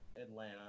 Atlanta